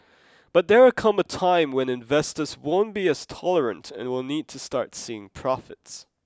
but there come a time when investors won't be as tolerant and will need to start seeing profits